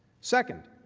second,